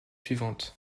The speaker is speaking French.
suivants